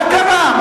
מה קרה?